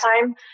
time